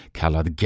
kallad